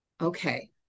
Okay